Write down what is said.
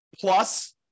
Plus